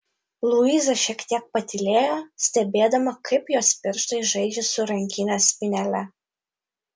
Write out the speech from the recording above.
luiza šiek tiek patylėjo stebėdama kaip jos pirštai žaidžia su rankinės spynele